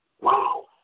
Wow